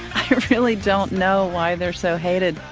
i really don't know why they're so hated.